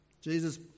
Jesus